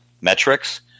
metrics